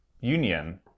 union